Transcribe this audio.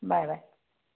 bye bye